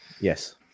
yes